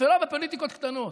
ולא בפוליטיקות קטנות.